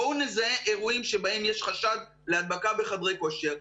בואו נזהה אירועים שבהם יש חשד להדבקה בחדרי כושר,